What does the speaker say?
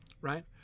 right